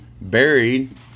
buried